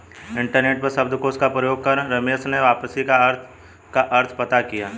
internet पर शब्दकोश का प्रयोग कर रमेश ने वापसी का अर्थ पता किया